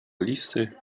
listy